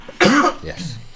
Yes